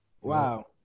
Wow